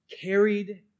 carried